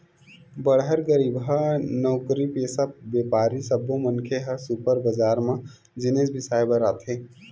बड़हर, गरीबहा, नउकरीपेसा, बेपारी सब्बो मनखे ह सुपर बजार म जिनिस बिसाए बर आथे